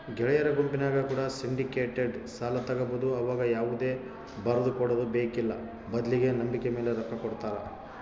ಗೆಳೆಯರ ಗುಂಪಿನ್ಯಾಗ ಕೂಡ ಸಿಂಡಿಕೇಟೆಡ್ ಸಾಲ ತಗಬೊದು ಆವಗ ಯಾವುದೇ ಬರದಕೊಡದು ಬೇಕ್ಕಿಲ್ಲ ಬದ್ಲಿಗೆ ನಂಬಿಕೆಮೇಲೆ ರೊಕ್ಕ ಕೊಡುತ್ತಾರ